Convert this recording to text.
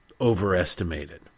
overestimated